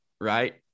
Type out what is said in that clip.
right